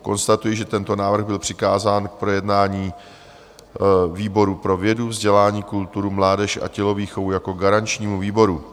Konstatuji, že tento návrh byl přikázán k projednání výboru pro vědu, vzdělání, kulturu, mládež a tělovýchovu jako garančnímu výboru.